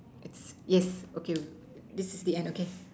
yes okay this is the end okay